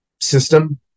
system